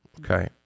okay